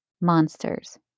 monsters